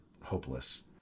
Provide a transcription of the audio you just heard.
hopeless